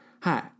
Hi